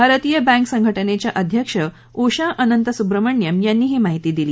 भारतीय बैंक संघटनेच्या अध्यक्ष उषा अनंतसुब्रमण्यण् यांनी ही महिती दिली